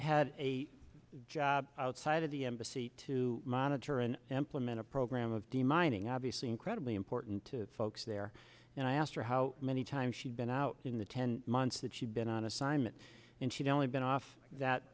had a job outside of the embassy to monitor an implement a program of demining obviously incredibly important to folks there and i asked her how many times she'd been out in the ten months that she'd been on assignment and she'd only been off that